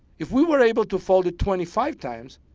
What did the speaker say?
if we were able to fold it twenty five times,